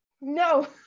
no